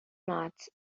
mats